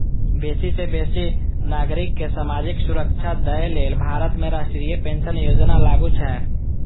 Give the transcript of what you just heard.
बेसी सं बेसी नागरिक कें सामाजिक सुरक्षा दए लेल भारत में राष्ट्रीय पेंशन योजना लागू छै